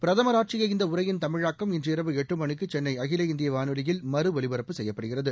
பிரதம் ஆற்றிய இந்த உரையின் தமிழாக்கம் இன்று இரவு எட்டு மணிக்கு சென்னை அகில இந்திய வானொலியில் மறு ஒலிபரப்பு செய்யப்படுகிறது